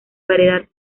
variedad